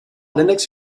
linux